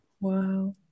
Wow